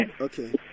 Okay